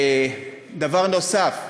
דבר נוסף,